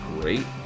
great